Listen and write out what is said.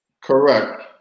Correct